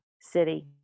City